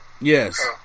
Yes